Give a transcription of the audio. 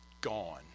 gone